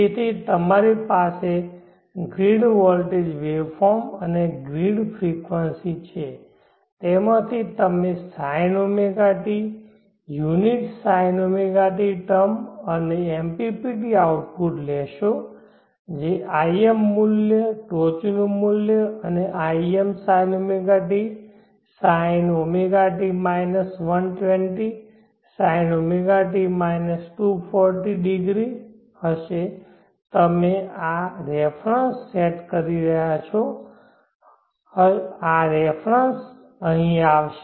તેથી તમારી પાસે ગ્રીડ વોલ્ટેજ વેવફોર્મ અને ગ્રીડ ફ્રેકવંસી છે તેમાંથી તમે sinɷt યુનિટ sinɷt ટર્મ અને MPPT આઉટપુટ લેશો જે im મૂલ્ય ટોચનું મૂલ્ય અને im sinɷt sinɷt 120 sinɷt 2400 હશે તમે આ રેફરન્સ સેટ કરી રહ્યાં છો હશો આ રેફરન્સ અહીં આવશે